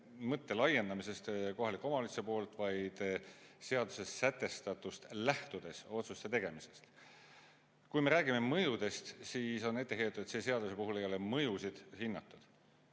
mõtte laiendamisest kohaliku omavalitsuse poolt, vaid seaduses sätestatust lähtudes otsuste tegemisest. Kui me räägime mõjudest, siis on ette heidetud, et selle seaduse puhul ei ole mõjusid hinnatud.